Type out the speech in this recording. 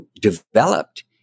developed